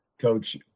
Coach